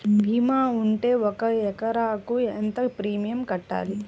భీమా ఉంటే ఒక ఎకరాకు ఎంత ప్రీమియం కట్టాలి?